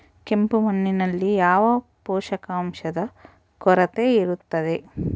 ಕೆಂಪು ಮಣ್ಣಿನಲ್ಲಿ ಯಾವ ಪೋಷಕಾಂಶದ ಕೊರತೆ ಇರುತ್ತದೆ?